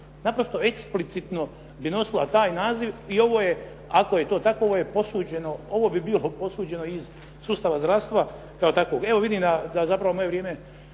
Naprosto explicitno bi nosila taj naziv i ovo je, ako je to tako, ovo je posuđeno, ovo bi bilo posuđeno iz sustava zdravstva kao takvog. Evo vidim da zapravo moje vrijeme